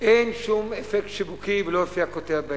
אין שום אפקט שיווקי ולא תופיע כותרת בעיתון.